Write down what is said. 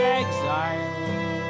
exile